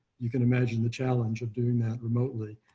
you can imagine the challenge of doing that remotely.